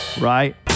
Right